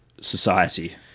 society